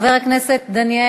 לכולנו.